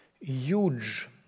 huge